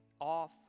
off